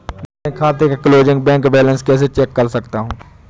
मैं अपने खाते का क्लोजिंग बैंक बैलेंस कैसे चेक कर सकता हूँ?